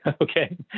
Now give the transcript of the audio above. Okay